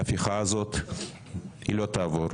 ההפיכה הזאת לא תעבור,